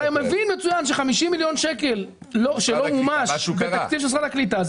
אתה מבין מצוין ש-50 מיליון שקלים שלא מומשו בתקציב משרד הקליטה,